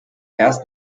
erst